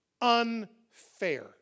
unfair